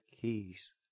keys